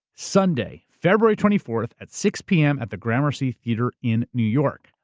sunday, feb. twenty four at six p. m. at the gramercy theater in new york.